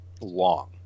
long